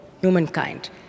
humankind